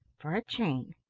for a chain,